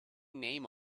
name